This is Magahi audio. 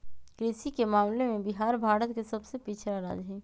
कृषि के मामले में बिहार भारत के सबसे पिछड़ा राज्य हई